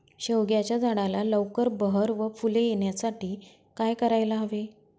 शेवग्याच्या झाडाला लवकर बहर व फूले येण्यासाठी काय करायला हवे?